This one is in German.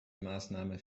maßnahme